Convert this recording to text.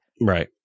Right